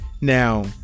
Now